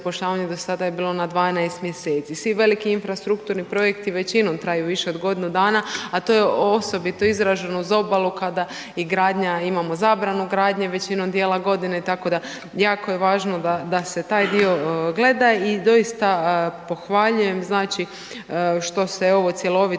zapošljavanje je do sada bilo na 12 mjeseci. svi veliki infrastrukturni projekti većinom traju više od godinu dana, a to je osobito izraženo uz obalu kada i gradanja imamo zabranu gradnje većinom dijela godine, tako da je jako važno da se taj dio gleda. I doista pohvaljujem što se ovo cjelovito